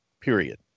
period